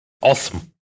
Awesome